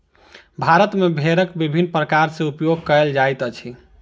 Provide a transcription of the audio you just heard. भारत मे भेड़क विभिन्न प्रकार सॅ उपयोग कयल जाइत अछि